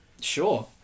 Sure